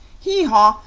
hee-haw!